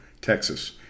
Texas